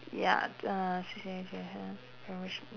ya